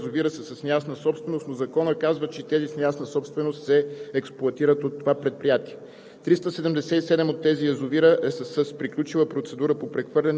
се експлоатират 415 язовира, от които 38 броя язовира са с неясна собственост, но законът казва, че тези с неясна собственост се експлоатират от това предприятие;